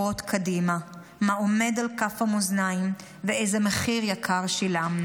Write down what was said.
קדימה מה עומד על כף המאזניים ואיזה מחיר יקר שילמנו.